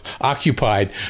occupied